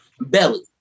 belly